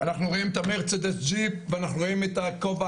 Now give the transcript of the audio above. אנחנו רואים את המרצדס ג'יפ ואנחנו רואים את הכובע